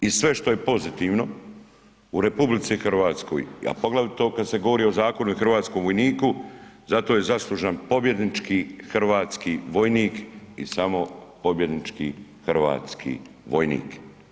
I sve što je pozitivno u RH a poglavito kada se govori o zakonu i hrvatskom vojniku, za to je zaslužan pobjednički hrvatski vojnik i samo pobjednički hrvatski vojnik.